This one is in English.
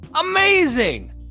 Amazing